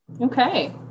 Okay